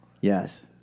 Yes